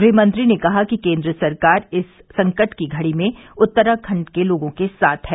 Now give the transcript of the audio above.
गृह मंत्री ने कहा कि केंद्र सरकार इस संकट की घड़ी में उत्तराखंड के लोगों के साथ है